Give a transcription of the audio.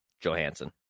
Johansson